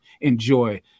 enjoy